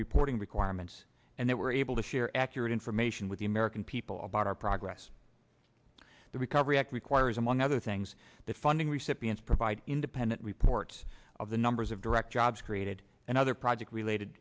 reporting requirements and that we're able to share accurate information with the american people about our progress the recovery act requires among other things that funding recipients provide independent reports of the numbers of direct jobs created and other project related